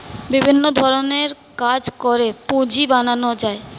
বিভিন্ন ধরণের কাজ করে পুঁজি বানানো যায়